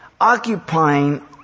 occupying